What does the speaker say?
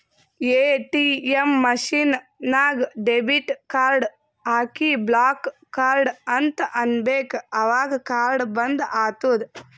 ATM machine ನಾಗ್ debit card ಹಾಕಿ block card ಅಂತ್ ಅನ್ಬೇಕ ಅವಗ್ ಕಾರ್ಡ ಬಂದ್ ಆತ್ತುದ್